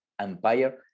empire